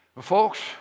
Folks